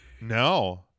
No